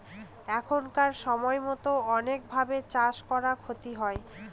এখানকার সময়তো অনেক ভাবে চাষ করে ক্ষতি হয়